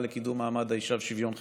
לקידום מעמד האישה ושוויון חברתי.